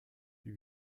wie